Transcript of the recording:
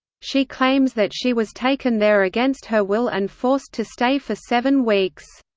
she claims that she was taken there against her will and forced to stay for seven weeks.